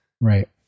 Right